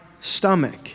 stomach